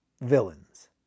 villains